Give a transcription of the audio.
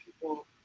people